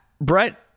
Brett